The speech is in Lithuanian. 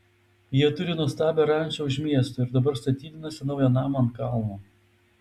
jie turi nuostabią rančą už miesto ir dabar statydinasi naują namą ant kalno